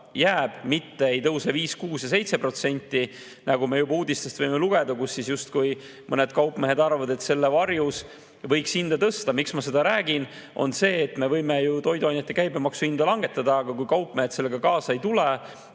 mitte ei tõuse 5%, 6% ja 7%, nagu me juba uudistest võime lugeda, et justkui mõned kaupmehed arvavad, et selle varjus võiks hinda tõsta. Miks ma seda räägin, on see, et me võime ju toiduainete käibemaksu langetada, aga kui kaupmehed sellega kaasa ei tule